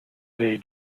they